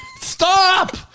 Stop